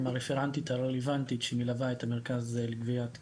עם הרפרנטית הרלוונטית שמלווה את המרכז לגביית קנסות.